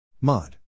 mod